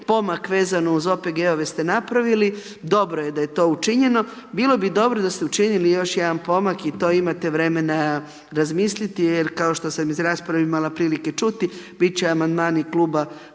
Pomak vezano uz OPG-ove ste napravili, dobro je da je to učinjeno. Bilo bi dobro da ste učinili još jedan pomak i to imate vremena razmisliti jer kao što sam iz rasprave imala prilike čuti biti će amandmani kluba